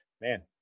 man